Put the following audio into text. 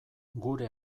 gure